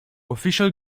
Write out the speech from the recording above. official